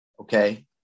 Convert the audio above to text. okay